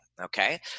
Okay